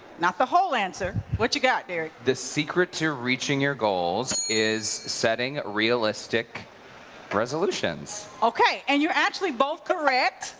not the whole answer. what you got, derrick? the secret to reaching your goals is setting realistic resolutions. okay. and you're actually both correct.